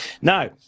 Now